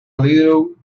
little